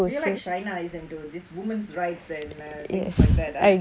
you are like shina is into this women's rights and things like that ah